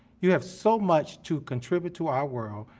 you have so much to contribute to our ah